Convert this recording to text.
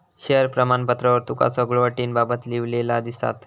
share प्रमाणपत्रावर तुका सगळ्यो अटींबाबत लिव्हलेला दिसात